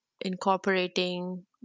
incorporating